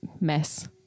mess